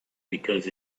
because